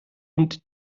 und